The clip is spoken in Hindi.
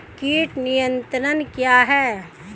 कीट नियंत्रण क्या है?